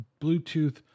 bluetooth